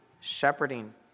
shepherding